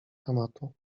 tematu